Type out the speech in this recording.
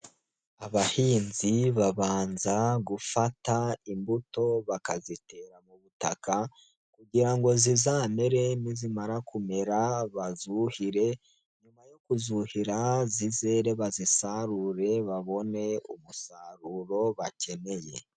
Abahinzi babanza gufata imbuto bakazitera mu butaka kugira ngo zizamere nizimamara kumera bazuhire, nyuma yo kuzuhira zizere bazisarure, babone umusaruro bakeneye.